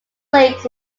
lakes